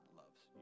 loves